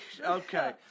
okay